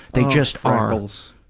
they just ah freckles,